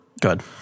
good